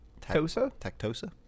tactosa